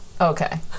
okay